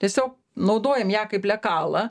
tiesiog naudojam ją kaip lekalą